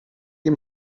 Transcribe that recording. ihm